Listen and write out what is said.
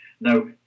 Now